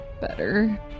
Better